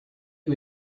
you